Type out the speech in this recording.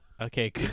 Okay